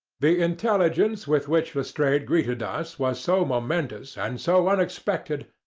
the intelligence with which lestrade greeted us was so momentous and so unexpected,